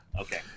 okay